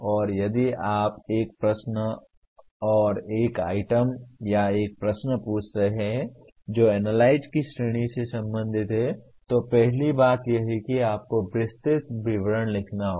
और यदि आप एक प्रश्न एक आइटम या एक प्रश्न पूछ रहे हैं जो एनालाइज की श्रेणी से संबंधित है तो पहली बात यह है कि आपको विस्तृत विवरण लिखना होगा